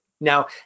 Now